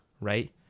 right